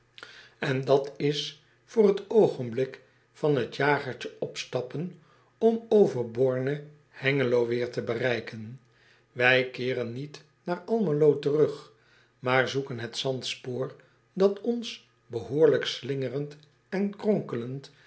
n dat is voor t oogenblik van het jagertje opstappen om over orne engelo weêr te bereiken ij keeren niet naar lmelo terug maar zoeken het zandspoor dat ons behoorlijk slingerend en kronkelend